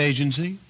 Agency